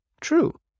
true